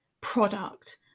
product